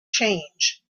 change